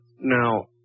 now